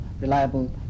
reliable